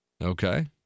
Okay